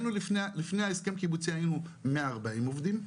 לפני ההסכם הקיבוצי היינו 140 עובדים,